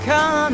Come